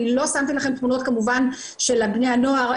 לא שמתי לכם כמובן תמונות של בני הנוער,